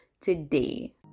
today